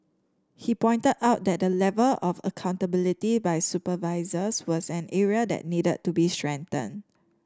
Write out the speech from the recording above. he pointed out that the level of accountability by supervisors was an area that needed to be strengthened